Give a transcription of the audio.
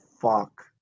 fuck